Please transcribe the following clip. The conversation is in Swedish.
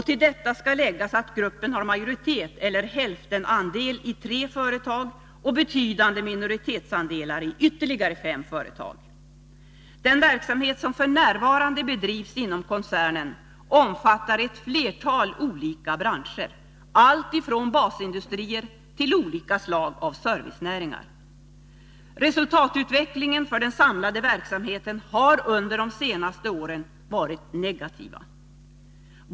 Till detta skall läggas att gruppen har majoritet eller hälftenandel i tre företag och betydande minoritetsandelar i ytterligare fem företag. Den verksamhet som f. n. bedrivs inom koncernen omfattar ett flertal olika branscher, allt från basindustrier till olika slag av servicenäringar. Resultatutvecklingen för den samlade verksamheten har under de senaste åren varit negativ.